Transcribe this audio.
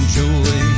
joy